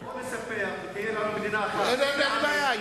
או לספח ותהיה לנו מדינה או, אין בעיה.